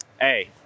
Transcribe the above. Hey